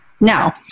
Now